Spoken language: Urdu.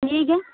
ٹھیک ہے